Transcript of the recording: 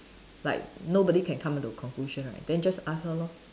like nobody can come to a conclusion right then just ask her lor